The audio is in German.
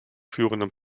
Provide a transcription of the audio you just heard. führenden